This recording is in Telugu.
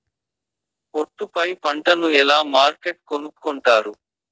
ఒట్టు పై పంటను ఎలా మార్కెట్ కొనుక్కొంటారు?